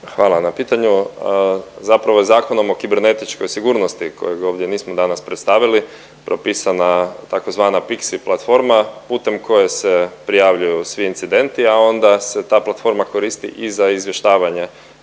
Hvala na pitanju. Zapravo je Zakonom o kibernetičkoj sigurnosti kojeg ovdje nismo danas predstavili propisana tzv. piksi platforma putem koje se prijavljuju svi incidenti, a onda se ta platforma koristi i za izvještavanje